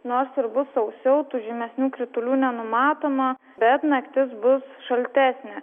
nors ir bus sausiau tų žymesnių kritulių nenumatoma bet naktis bus šaltesnė